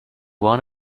want